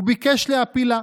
וביקש להפילה.